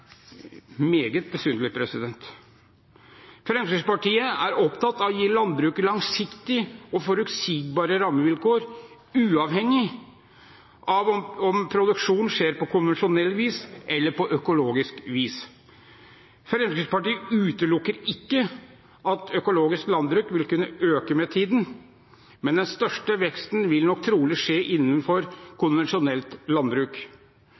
meget besynderlig. Fremskrittspartiet er opptatt av å gi landbruket langsiktige og forutsigbare rammevilkår, uavhengig av om produksjonen skjer på konvensjonelt vis eller økologisk vis. Fremskrittspartiet utelukker ikke at økologisk landbruk vil kunne øke med tiden, men den største veksten vil nok trolig skje innenfor konvensjonelt landbruk.